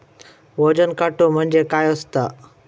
वजन काटो म्हणजे काय असता?